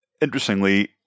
interestingly